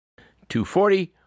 2.40